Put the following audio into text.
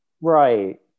Right